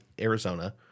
Arizona